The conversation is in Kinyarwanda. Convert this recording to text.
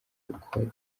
ubukode